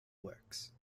works